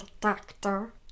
doctor